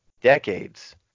decades